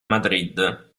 madrid